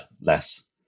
less